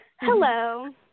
Hello